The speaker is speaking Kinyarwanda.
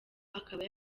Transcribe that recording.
akaba